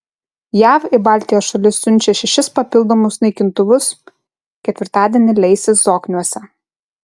jav į baltijos šalis siunčia šešis papildomus naikintuvus ketvirtadienį leisis zokniuose